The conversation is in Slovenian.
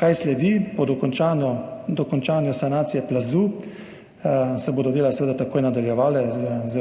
Kaj sledi? Po dokončanju sanacije plazu se bodo dela seveda takoj nadaljevala s